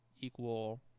equal